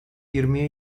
yirmiye